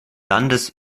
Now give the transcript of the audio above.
landes